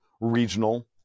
regional